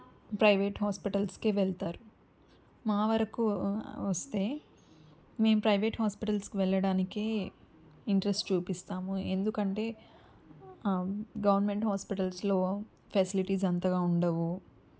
private హాస్పిటల్స్కే వెళ్తారు మా వరకు వస్తే మేము ప్రైవేట్ హాస్పిటల్స్కి వెళ్ళడానికే ఇంట్రెస్ట్ చూపిస్తాము ఎందుకంటే గవర్నమెంట్ హాస్పిటల్స్లో ఫెసిలిటీస్ అంతగా ఉండవు